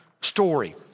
Story